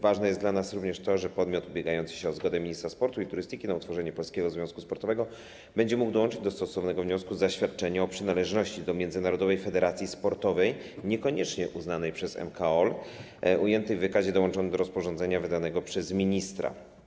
Ważne jest dla nas również to, że podmiot ubiegający się o zgodę ministra sportu i turystyki na utworzenie polskiego związku sportowego będzie mógł dołączyć do stosownego wniosku zaświadczenie o przynależności do międzynarodowej federacji sportowej, niekoniecznie uznanej przez MKOL, ujętej w wykazie dołączonym do rozporządzenia wydanego przez ministra.